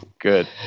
good